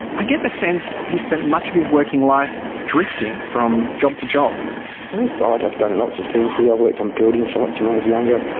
i get the sense he spent much of his working life drifting from job to job. oh god i've done lots of things, we, i've worked on building sites and i was younger,